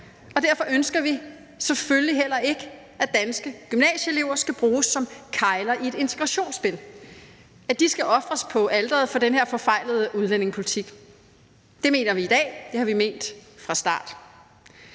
og derfor ønsker vi selvfølgelig heller ikke, at danske gymnasieelever skal bruges som kegler i et integrationsspil, at de skal ofres på alteret for den her forfejlede udlændingepolitik. Det mener vi i dag, og det har vi ment fra start.